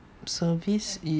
service is